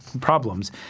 problems